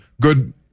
good